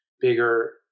bigger